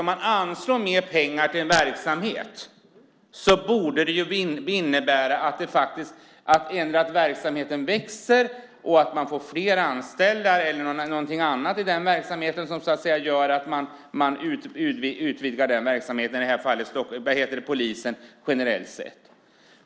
Om man anslår mer pengar till en verksamhet borde det innebära att verksamheten växer och att man får fler anställda eller någonting annat som gör att man utvidgar verksamheten, i det här fallet polisen generellt sett.